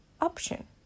option